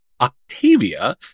Octavia